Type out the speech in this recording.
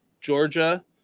Georgia